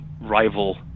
rival